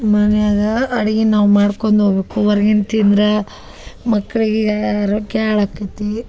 ಮನ್ಯಾಗ ಅಡ್ಗಿ ನಾವು ಮಾಡ್ಕೊಂದ ಹೋಗ್ಬೇಕು ಹೋರ್ಗಿಂದ್ ತಿಂದರೆ ಮಕ್ಕಳಿಗೆ ಆರೋಗ್ಯ ಹಾಳಾಕತಿ